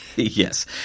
Yes